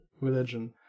religion